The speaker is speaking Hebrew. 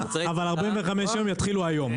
אבל 45 יתחילו היום,